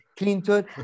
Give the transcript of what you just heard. Clinton